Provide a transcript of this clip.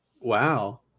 Wow